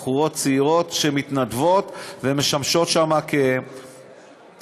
בחורות צעירות שמתנדבות ומשמשות שם גם כמטפלות.